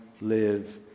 live